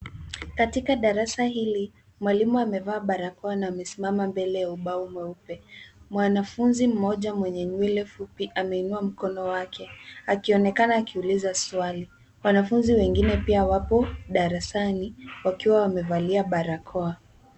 Katika darasa hili, mwalimu amevaa barakoa na amesimama mbele ya ubao mweupe. Mwanafunzi mmoja mwenye nywele fupi ameinua mkono wake, akionekana akiuliza swali. Wanafunzi wengine pia wapo darasani wakiwa wamevalia barakoa.